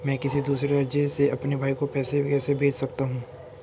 मैं किसी दूसरे राज्य से अपने भाई को पैसे कैसे भेज सकता हूं?